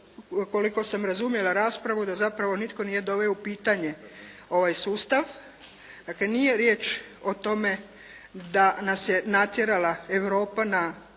koliko sam razumjela raspravu, da zapravo nitko nije doveo u pitanje ovaj sustav, dakle nije riječ o tome da nas je natjerala Europa na